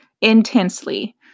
intensely